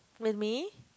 with me